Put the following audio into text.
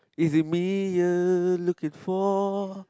is it me you're looking for